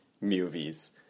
movies